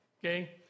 okay